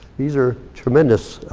these are tremendous